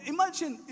Imagine